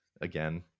again